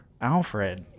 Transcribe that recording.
Alfred